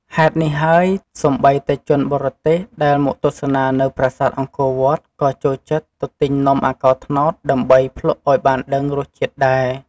ហេតុនេះហើយ សូម្បីតែជនបរទេសដែលមកទស្សនានៅប្រាសាទអង្គរវត្ត ក៏ចូលចិត្តទៅទិញនំអាកោត្នោត ដើម្បីភ្លក្សឱ្យបានដឹងរសជាតិដែរ។